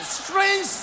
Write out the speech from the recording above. strange